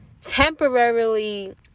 temporarily